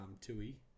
Tui